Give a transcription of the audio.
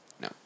no